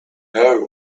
know